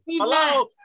Hello